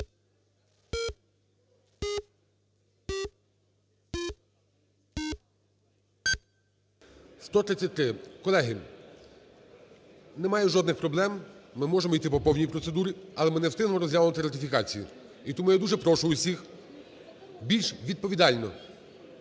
За-133 Колеги, немає жодних проблем, ми можемо йти по повній процедурі, але ми не встигнемо розглянути ратифікації. І тому я дуже прошу усіх більш відповідально,